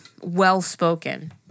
well-spoken